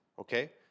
okay